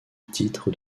titre